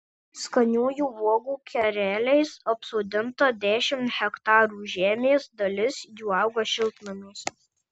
skaniųjų uogų kereliais apsodinta dešimt hektarų žemės dalis jų auga šiltnamiuose